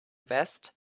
vest